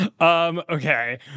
Okay